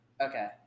Okay